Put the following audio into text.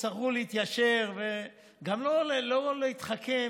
הם הצטרכו להתיישר וגם לא להתחכם,